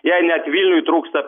jei net vilniui trūksta